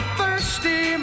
thirsty